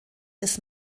des